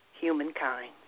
humankind